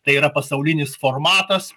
tai yra pasaulinis formatas